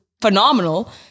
phenomenal